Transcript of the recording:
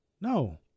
No